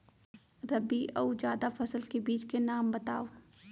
रबि अऊ जादा फसल के बीज के नाम बताव?